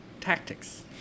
tactics